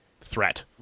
threat